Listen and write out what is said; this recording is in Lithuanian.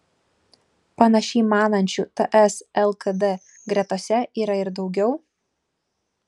panašiai manančių ts lkd gretose yra ir daugiau